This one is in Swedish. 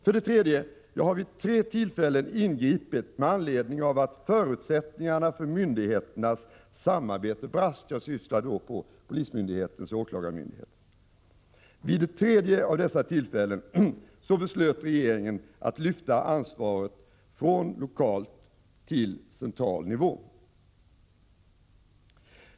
För det tredje: Jag har vid tre tillfällen ingripit med anledning av att förutsättningarna för myndigheternas samarbete brast. Jag syftar då på polismyndigheten och åklagarmyndigheten. Vid det tredje av dessa tillfällen beslöt regeringen att lyfta ansvaret från lokal till central nivå.